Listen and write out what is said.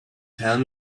tell